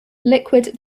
liquid